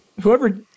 whoever